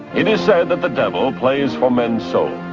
it is said that the devil plays for men's souls.